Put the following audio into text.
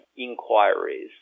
inquiries